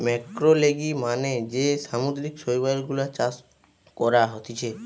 ম্যাক্রোলেগি মানে যে সামুদ্রিক শৈবাল গুলা চাষ করা হতিছে